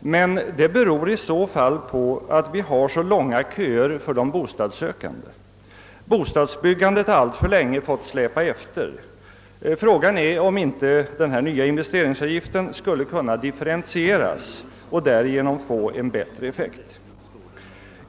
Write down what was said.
men det beror i så fall på att det finns så långa köer för de bostadssökande. Bostadsbyggandet har alltför länge fått släpa efter. Frågan är, om inte den nya investeringsavgiften skulle kunna differentieras och därigenom få bättre effekt.